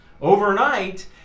overnight